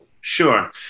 Sure